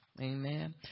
Amen